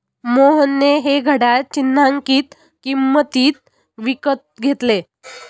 मोहनने हे घड्याळ चिन्हांकित किंमतीत विकत घेतले